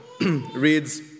reads